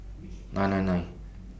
nine nine nine